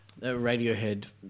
Radiohead